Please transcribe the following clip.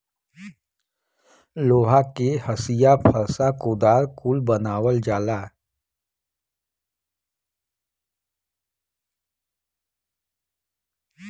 लोहा के हंसिआ फर्सा कुदार कुल बनावल जाला